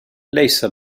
ليس